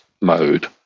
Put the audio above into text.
mode